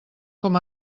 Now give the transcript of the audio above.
com